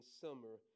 summer